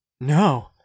no